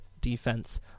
defense